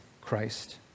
Christ